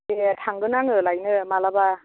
दे थांगोन आङो लायनो माब्लाबा